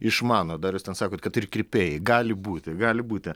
išmano dar jūs ten sakot kad ir kirpėjai gali būti gali būti